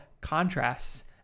contrasts